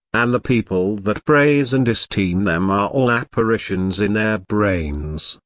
and the people that praise and esteem them are all apparitions in their brains,